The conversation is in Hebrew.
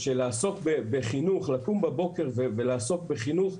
לעסוק בחינוך, לקום בבוקר ולעסוק בחינוך,